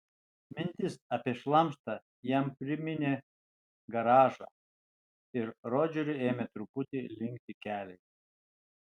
mintis apie šlamštą jam priminė garažą ir rodžeriui ėmė truputį linkti keliai